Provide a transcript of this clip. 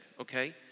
okay